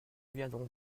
viendront